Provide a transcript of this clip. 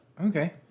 Okay